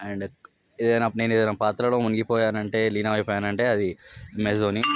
and నేను ఏదైనా పాత్రలో మునిగిపోయాను అంటే లీనమైపోయానంటే అది నేను